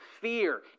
fear